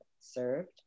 served